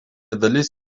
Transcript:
dalis